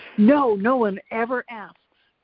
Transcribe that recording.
no, no one ever asks,